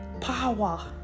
power